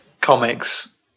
comics